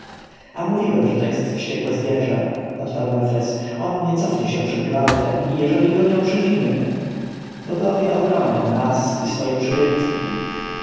a mówiłem że jest to wściekłe zwierzę odparł mefres on nie cofnie się przed gwałtem i jeżeli go nie uprzedzimy bogowie obronią nas i swoje przybytki